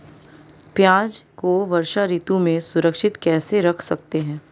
प्याज़ को वर्षा ऋतु में सुरक्षित कैसे रख सकते हैं?